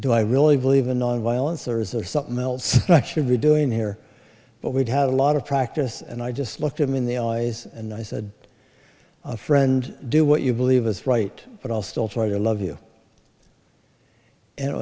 do i really believe in nonviolence or is there something else i should be doing here but we've had a lot of practice and i just looked him in the eyes and i said friend do what you believe is right but i'll still try to love you and it